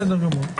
בסדר גמור.